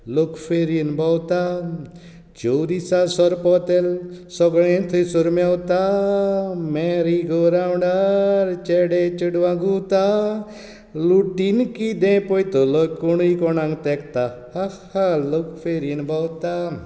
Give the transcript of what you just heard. लोक फेरयेन भोंवतान चोवरिसां सोरपोतेल सोगळें थोयसोर मेवता मॅरी गो रावंडार चेडे चेडवां घुंवता लुट्टीन कितें पोयतोलो कोणीय कोणांग तेंकता हा हा लोक फेरयेन भोंवता